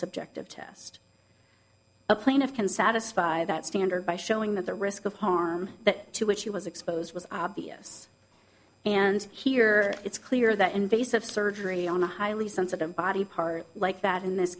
subject of test a plaintiff can satisfy that standard by showing that the risk of harm that to which he was exposed was obvious and here it's clear that invasive surgery on a highly sensitive body part like that in this